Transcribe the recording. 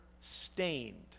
stained